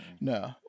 No